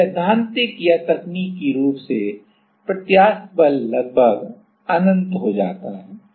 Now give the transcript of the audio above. तो सैद्धांतिक या तकनीकी रूप से प्रत्यास्थ बल लगभग अनंत हो जाता है